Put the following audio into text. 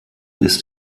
ist